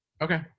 Okay